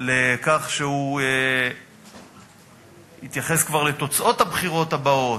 לכך שהוא כבר התייחס לתוצאות הבחירות הבאות,